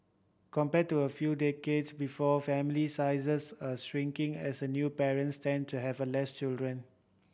compared to a few decades before family sizes are shrinking as a new parents tend to have less children